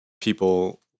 people